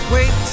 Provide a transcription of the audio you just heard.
Wait